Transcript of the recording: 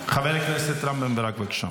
חבר הכנסת רם בן ברק, בבקשה.